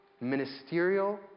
ministerial